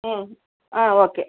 ம் ஆ ஓகே